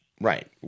right